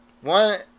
one